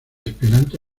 esperanto